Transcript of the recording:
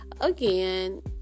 again